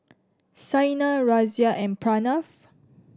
Saina Razia and Pranav